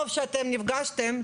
טוב שנפגשתם,